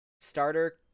starter